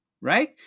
right